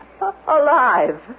alive